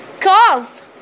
cause